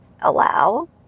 Allow